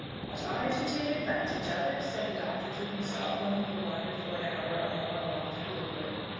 ought i to take advantage of it? said the doctor to himself when he had wandered for an hour or more alone through the wood.